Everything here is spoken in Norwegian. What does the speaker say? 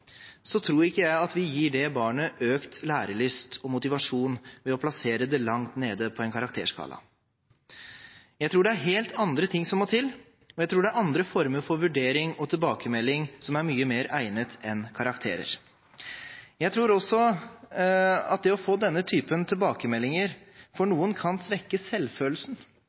tror ikke jeg vi gir barnet økt lærelyst og motivasjon ved å plassere det langt nede på en karakterskala. Jeg tror det er helt andre ting som må til, og jeg tror det er andre former for vurdering og tilbakemelding som er mye mer egnet enn karakterer. Jeg tror også at for noen kan det å få denne typen tilbakemeldinger, svekke selvfølelsen. De av oss som sitter i utdanningskomiteen var for